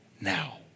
now